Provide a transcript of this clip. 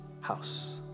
house